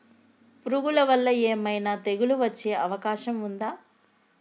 పురుగుల వల్ల ఏమైనా తెగులు వచ్చే అవకాశం ఉందా?